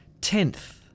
Tenth